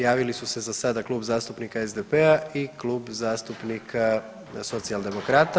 Javili su se za sada Klub zastupnika SDP-a i Klub zastupnika Socijaldemokrata.